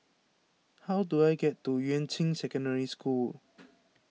how do I get to Yuan Ching Secondary School